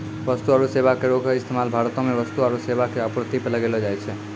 वस्तु आरु सेबा करो के इस्तेमाल भारतो मे वस्तु आरु सेबा के आपूर्ति पे लगैलो जाय छै